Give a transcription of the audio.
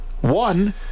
One